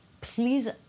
please